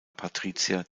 patrizier